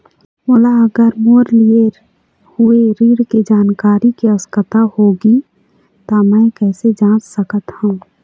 मोला अगर मोर लिए हुए ऋण के जानकारी के आवश्यकता होगी त मैं कैसे जांच सकत हव?